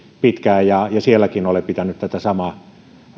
pitkään sielläkin olen pitänyt tätä samaa